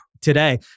today